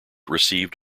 received